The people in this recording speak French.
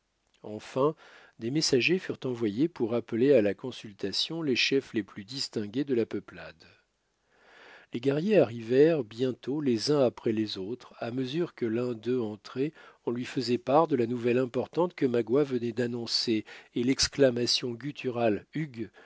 enfin des messagers furent envoyés pour appeler à la consultation les chefs les plus distingués de la peuplade les guerriers arrivèrent bientôt les uns après les autres à mesure que l'un d'eux entrait on lui faisait part de la nouvelle importante que magua venait d'annoncer et l'exclamation gutturale hugh